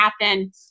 happen